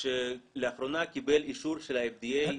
שלאחרונה קיבל אישור של ה-FDA,